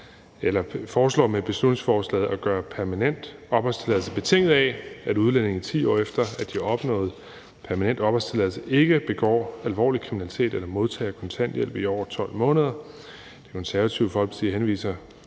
foreslår med beslutningsforslaget at gøre permanent opholdstilladelse betinget af, at udlændinge, i 10 år efter at de har opnået permanent opholdstilladelse, ikke begår alvorlig kriminalitet eller modtager kontanthjælp i over 12 måneder. Det Konservative Folkeparti henviser